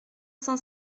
cent